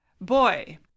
boy